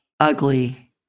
ugly